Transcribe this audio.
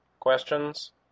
Questions